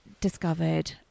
discovered